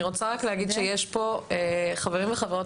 אני רוצה רק להגיד שיש פה חברים וחברות